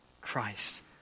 Christ